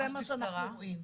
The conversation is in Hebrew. זה מה שאנחנו רואים.